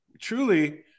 truly